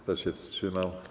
Kto się wstrzymał?